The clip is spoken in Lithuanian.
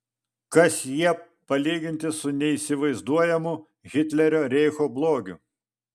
kas jie palyginti su neįsivaizduojamu hitlerio reicho blogiu